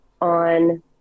on